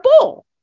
bowl